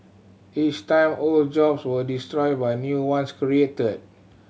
each time old jobs were destroyed but new ones created